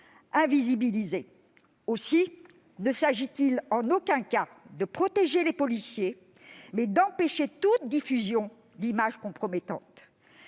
invisibilise » toute dérive. Il ne s'agit en aucun cas de protéger les policiers, mais d'empêcher toute diffusion d'image compromettante.